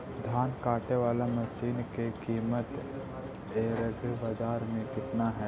धान काटे बाला मशिन के किमत एग्रीबाजार मे कितना है?